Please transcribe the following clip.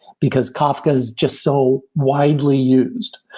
because kafka is just so widely used.